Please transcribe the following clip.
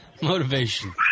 Motivation